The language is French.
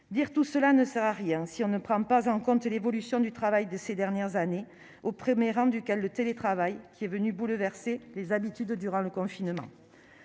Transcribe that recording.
Dire tout cela ne sert à rien si l'on ne prend pas en compte l'évolution du travail ces dernières années. Au premier rang de ces transformations, le télétravail est venu bouleverser les habitudes durant le confinement.